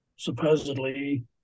supposedly